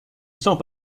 saint